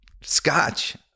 scotch